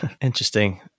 Interesting